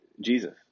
Jesus